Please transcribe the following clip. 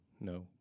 No